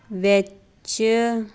ਵਿੱਚ